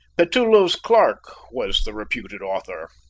petullo's clerk was the reputed author.